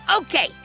Okay